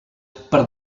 per